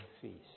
feast